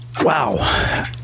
Wow